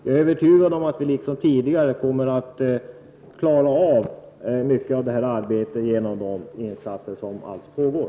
Jag är övertygad om att vi liksom tidigare kommer att klara av en stor del av detta arbete genom de insatser som nu pågår.